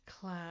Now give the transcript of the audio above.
class